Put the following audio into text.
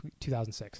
2006